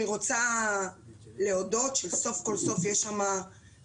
אני רוצה להודות שסוף כל סוף יש שם חברי